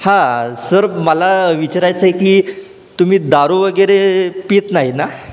हां सर मला विचारायचं आहे की तुम्ही दारू वगैरे पीत नाही ना